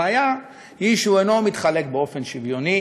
הבעיה היא שהוא אינו מתחלק באופן שוויוני.